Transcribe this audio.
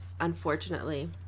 unfortunately